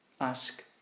Ask